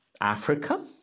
Africa